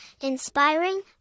inspiring